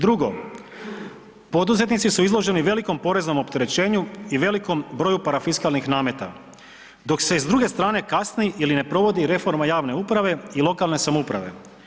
Drugo, poduzetnici su izloženi velikom poreznom opterećenju i velikom broju parafiskalnih nameta, dok se s druge strane kasni ili ne provodi reforma javne uprave i lokalne samouprave.